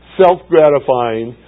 self-gratifying